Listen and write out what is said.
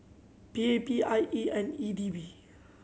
P A P I E and E D B